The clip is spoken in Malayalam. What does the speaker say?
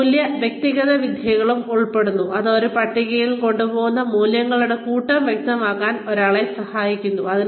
അതിൽ മൂല്യ വ്യക്തത വിദ്യകളും ഉൾപ്പെടുന്നു അത് ഒരാൾ പട്ടികയിലേക്ക് കൊണ്ടുവരുന്ന മൂല്യങ്ങളുടെ കൂട്ടം വ്യക്തമാക്കാൻ ഒരാളെ സഹായിക്കുന്നു